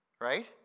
right